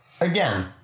again